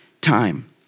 time